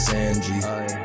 Sanji